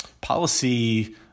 policy